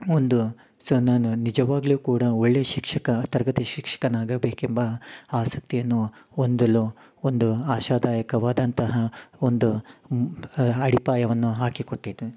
ಒಂದು ಸೊ ನಾನು ನಿಜವಾಗಲೂ ಕೂಡ ಒಳ್ಳೆಯ ಶಿಕ್ಷಕ ತರಗತಿ ಶಿಕ್ಷನಾಗಬೇಕೆಂಬ ಆಸಕ್ತಿಯನ್ನು ಹೊಂದಲು ಒಂದು ಆಶಾದಾಯಕವಾದಂತಹ ಒಂದು ಅಡಿಪಾಯವನ್ನು ಹಾಕಿಕೊಟ್ಟಿತು